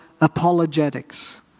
apologetics